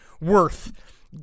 worth